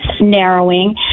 narrowing